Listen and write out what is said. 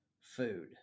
food